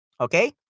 Okay